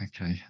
Okay